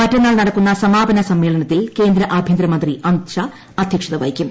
മറ്റന്നാൾ നടക്കുന്ന് സമാപന സമ്മേളനത്തിൽ കേന്ദ്ര ആഭ്യന്തരമന്ത്രി അമിത് ഷ്യം അധ്യക്ഷത വഹിക്കും